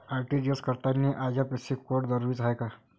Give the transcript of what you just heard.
RTGS करतांनी IFSC code जरुरीचा हाय का?